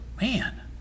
Man